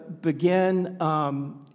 begin